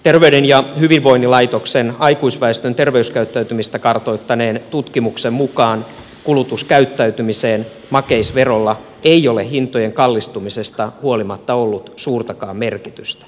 terveyden ja hyvinvoinnin laitoksen aikuisväestön terveyskäyttäytymistä kartoittaneen tutkimuksen mukaan kulutuskäyttäytymiseen makeisverolla ei ole hintojen kallistumisesta huolimatta ollut suurtakaan vaikutusta